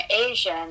Asian